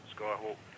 Skyhawk